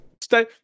stay